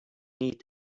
need